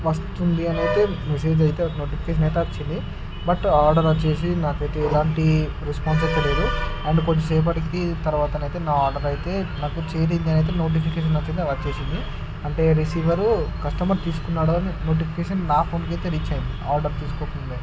వస్తుంది అని అయితే మెసేజ్ అయితే ఒక నోటిఫికేషన్ అయితే వచ్చింది బట్ ఆర్డర్ వచ్చేసి నాకయితే ఎలాంటి రెస్పాన్స్ అయితే లేదు అండ్ కొంచెం సేపటికి తర్వాత అయితే నా ఆర్డర్ అయితే నాకు రిసీవింగ్ అనేది నోటిఫికేషన్ వచ్చింది అంటే రిసీవరు కస్టమరు తీసుకున్నాడని నోటిఫికేషన్ నా ఫోన్ అయితే రీచ్ అయ్యింది ఆర్డర్ తీసుకోక ముందే